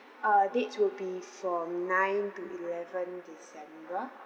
uh dates will be from nine to eleven december